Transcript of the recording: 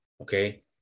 okay